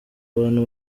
bantu